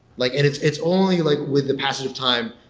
like and it's it's only like with the passage of time,